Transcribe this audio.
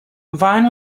vine